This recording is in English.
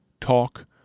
talk